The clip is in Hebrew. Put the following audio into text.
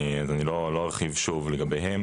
לא ארחיב שוב לגביהם.